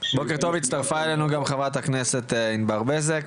בוקר טוב, הצטרפה אלינו גם חברת הכנסת ענבר בזק.